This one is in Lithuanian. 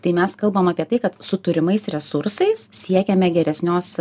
tai mes kalbam apie tai kad su turimais resursais siekiame geresnios